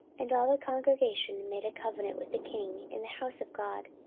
and all the congregation made a covenant with the king in the house of god.